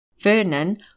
Vernon